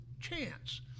chance